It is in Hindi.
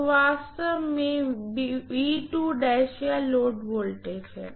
जो वास्तव में या लोड वोल्टेज है